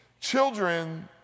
Children